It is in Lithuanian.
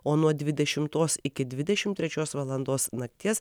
o nuo dvidešimtos iki dvidešimt trečios valandos nakties